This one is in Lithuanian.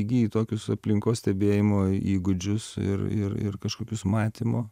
įgyji tokius aplinkos stebėjimo įgūdžius ir ir ir kažkokius matymo